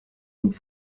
und